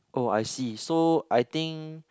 oh I see so I think